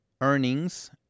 earnings